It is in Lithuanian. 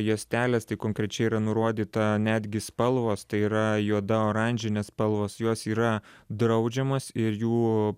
juostelės tai konkrečiai yra nurodyta netgi spalvos tai yra juoda oranžinė spalvos jos yra draudžiamos ir jų